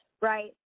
Right